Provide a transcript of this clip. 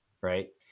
right